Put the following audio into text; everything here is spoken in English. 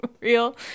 real